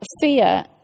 fear